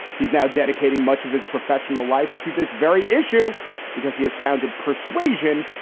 he's now dedicating much of his professional life to this very issue because he has founded persuasion,